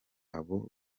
abo